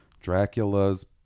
Dracula's